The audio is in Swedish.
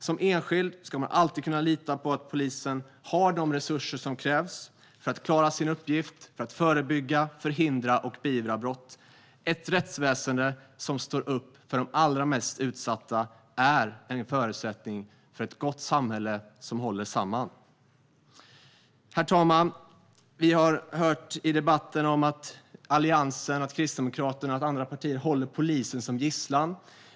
Som enskild ska man alltid kunna lita på att polisen har de resurser som krävs för att klara sin uppgift att förebygga, förhindra och beivra brott. Ett rättsväsen som står upp för de allra mest utsatta är en förutsättning för ett gott samhälle som håller samman. Herr talman! Vi har i debatten hört om att Alliansen, Kristdemokraterna och andra partier håller polisen som gisslan.